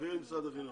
תעבירי למשרד החינוך.